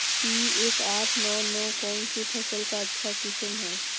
P एक आठ नौ नौ कौन सी फसल का अच्छा किस्म हैं?